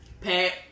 Pat